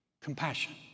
Compassion